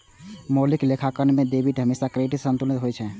मौलिक लेखांकन मे डेबिट हमेशा क्रेडिट सं संतुलित होइ छै